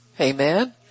Amen